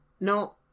No